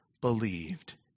believed